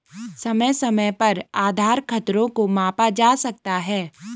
समय समय पर आधार खतरों को मापा जा सकता है